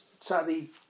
sadly